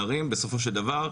ובגישה.